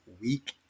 week